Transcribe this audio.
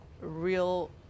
real